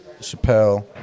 Chappelle